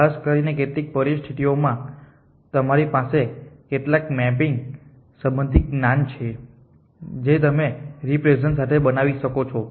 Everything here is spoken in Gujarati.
ખાસ કરીને કેટલીક પરિસ્થિતિઓમાં તમારી પાસે કેટલાક મેપિંગ સંબંધિત જ્ઞાન છે જે તમે રેપ્રેસેંટેશન સાથે બનાવી શકો છો